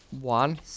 One